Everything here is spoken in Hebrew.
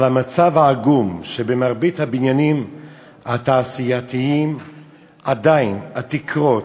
על המצב העגום שבמרבית הבניינים התעשייתיים עדיין התקרות,